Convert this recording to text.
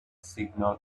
signal